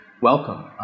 welcome